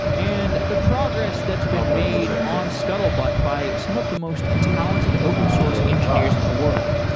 and the progress that's been made on scuttlebutt by some of the most talented open-source engineers in the world.